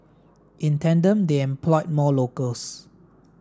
in tandem they employed more locals